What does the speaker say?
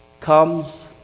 comes